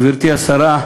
גברתי השרה,